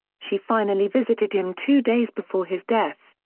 she finally visited him two days before his death.